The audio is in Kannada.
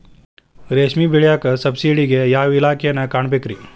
ರೇಷ್ಮಿ ಬೆಳಿಯಾಕ ಸಬ್ಸಿಡಿಗೆ ಯಾವ ಇಲಾಖೆನ ಕಾಣಬೇಕ್ರೇ?